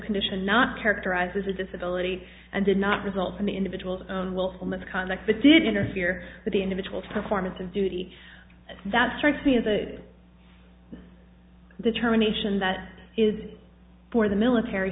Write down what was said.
condition not characterized as a disability and did not result in the individual's own willful misconduct but did interfere with the individual performance of duty that strikes me as a determination that is for the military